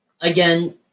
again